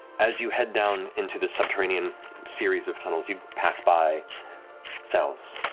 as you head down into this subterranean series of tunnels, you pass by cells,